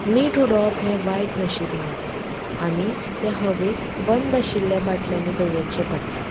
मीठ उडोवप हें वायट नशीब मानतात आनी तें हवेक बंद आशिल्ल्या बाटल्यांनी दवरचें पडटा